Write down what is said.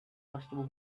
customer